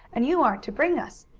and you are to bring us.